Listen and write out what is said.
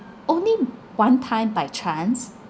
only one time by chance